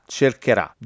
cercherà